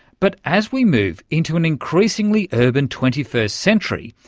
but as we move into an increasingly urban twenty first century,